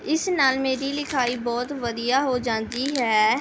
ਇਸ ਨਾਲ ਮੇਰੀ ਲਿਖਾਈ ਬਹੁਤ ਵਧੀਆ ਹੋ ਜਾਂਦੀ ਹੈ